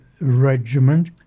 regiment